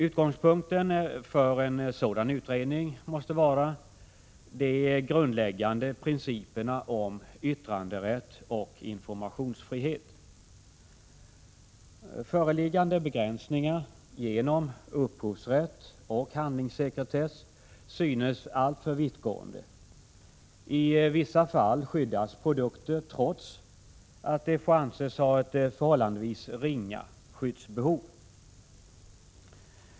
Utgångspunkten för en sådan utredning måste vara de grundläggande principerna om yttranderätt och informationsfrihet. Föreliggande begränsningar genom upphovsrätt och handlingssekretess synes alltför vittgående. I vissa fall skyddas produkter trots att de får anses ha ett förhållandevis ringa skyddsbehov.